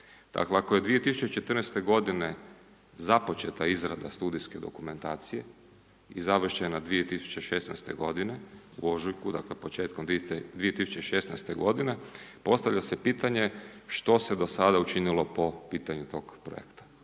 Dakle ako je 2014. godine započeta izrada studijske dokumentacije i završena 2016. godine, u ožujku, znači početkom 2016. godine, postavlja se pitanje što se do sada učinilo po pitanju tog projekta?